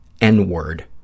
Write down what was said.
N-word